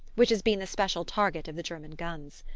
which has been the special target of the german guns.